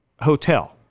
hotel